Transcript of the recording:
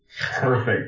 Perfect